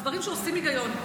אלה דברים שעושים היגיון.